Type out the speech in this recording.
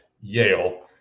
Yale